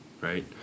Right